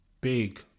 big